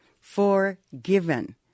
Forgiven